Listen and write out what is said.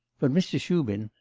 but mr. shubin.